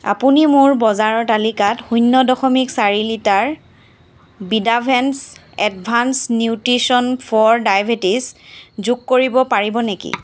আপুনি মোৰ বজাৰৰ তালিকাত শূন্য দশমিক চাৰি লিটাৰ বিদাভেন্স এডভাঞ্চ নিউট্ৰিচন ফৰ ডায়েবেটিছ যোগ কৰিব পাৰিব নেকি